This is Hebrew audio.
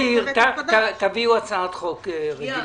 מאיר, תביאו הצעת חוק רגילה.